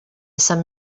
sant